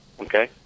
Okay